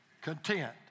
content